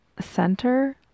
center